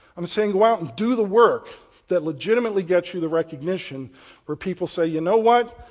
i'm saying to out and do the work that legitimately gets you the recognition where people say, you know what,